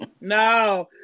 no